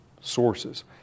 sources